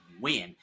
win